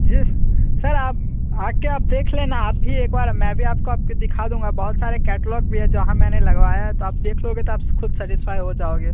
जिस सर आप आ कर आप देख लेना आप भी एक बार मैं भी आपको आपके दिखा दूँगा बहुत सारे कैटलॉग भी है जहाँ मैंने लगवाया है तो आप देख लोगे तो आप स ख़ुद सैटिस्फाई हो जाओगे